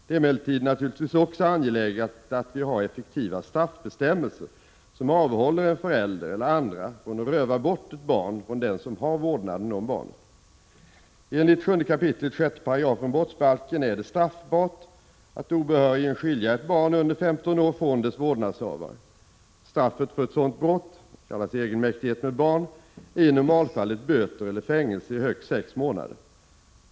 Det är emellertid naturligtvis också angeläget att vi har effektiva straffbestämmelser som avhåller en förälder eller andra från att röva bort ett barn från den som har vårdnaden om barnet. Enligt 7 kap. 6 § brottsbalken är det straffbart att obehörigen skilja ett barn under 15 år från dess vårdnadshavare. Straffet för ett sådant brott — egenmäktighet med barn — är i normalfallet böter eller fängelse i högst sex månader.